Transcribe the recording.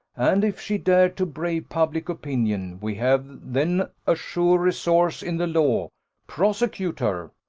and if she dared to brave public opinion, we have then a sure resource in the law prosecute her.